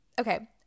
Okay